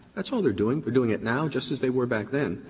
that's all they're doing. they're doing it now, just as they were back then.